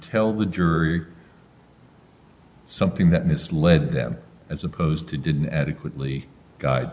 tell the jury something that misled them as opposed to didn't adequately guide